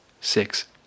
six